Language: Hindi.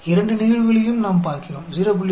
हम दोनों मामलों को देखते हैं